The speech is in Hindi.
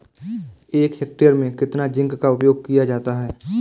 एक हेक्टेयर में कितना जिंक का उपयोग किया जाता है?